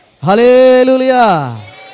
Hallelujah